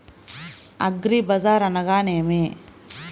అగ్రిబజార్ అనగా నేమి?